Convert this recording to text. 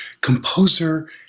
composer